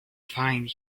find